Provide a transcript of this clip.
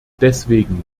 deswegen